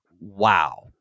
wow